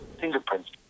fingerprints